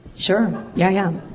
sure, yeah yeah.